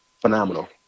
phenomenal